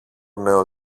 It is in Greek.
νέο